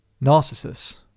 Narcissus